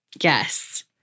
yes